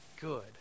good